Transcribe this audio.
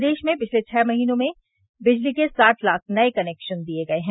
प्रदेश में पिछले छह महीने में बिजली के साठ लाख नये कनेक्श दिये गये हैं